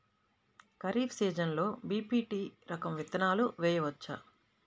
ఖరీఫ్ సీజన్లో బి.పీ.టీ రకం విత్తనాలు వేయవచ్చా?